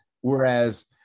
Whereas